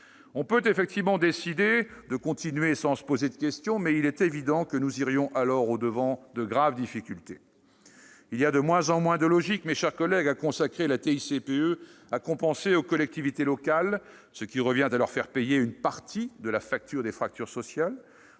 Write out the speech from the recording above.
On peut effectivement décider de continuer sans se poser de questions, mais il est évident que nous irions alors au-devant de graves difficultés. Il y a de moins en moins de logique, mes chers collègues, à consacrer la TICPE à compenser aux collectivités locales, ce qui revient à leur faire payer une partie de la facture des fractures sociales,